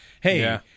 hey